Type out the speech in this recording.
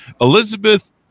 elizabeth